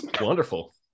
Wonderful